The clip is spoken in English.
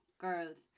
Girls